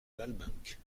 lalbenque